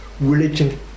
religion